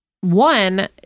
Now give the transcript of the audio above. one